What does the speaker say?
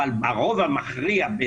אבל ברוב המכריע,